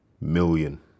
million